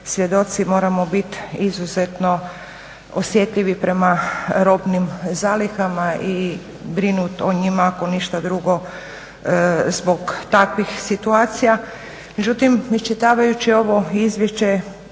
svjedoci moramo biti izuzetno osjetljivi prema robnim zalihama i brinuti o njima ako ništa drugo zbog takvih situacija. Međutim iščitavajući ovo izvješće